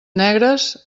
negres